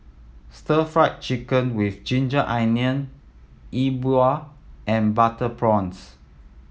Stir Fried Chicken with ginger onion Yi Bua and butter prawns